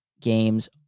games